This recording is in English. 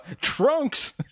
Trunks